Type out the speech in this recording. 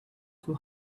too